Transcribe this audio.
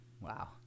Wow